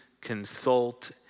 consult